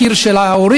הקיר של ההורים.